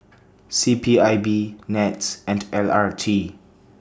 C P I B Nets and L R T